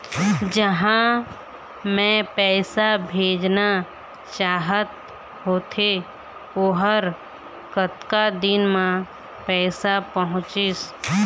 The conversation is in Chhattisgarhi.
जहां मैं पैसा भेजना चाहत होथे ओहर कतका दिन मा पैसा पहुंचिस?